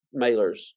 mailers